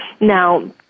Now